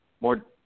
more